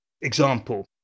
example